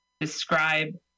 Describe